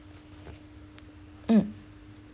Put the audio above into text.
um